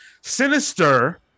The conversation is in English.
Sinister